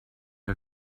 que